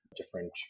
different